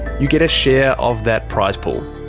you get a share of that prize pool.